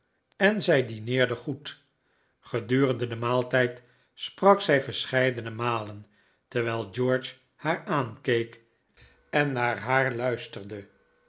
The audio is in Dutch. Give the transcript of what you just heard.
en zij dineerde goed gedurende den maaltijd sprak zij verscheidene malen terwijl george haar aankeek en naar haar luisterde